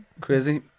Crazy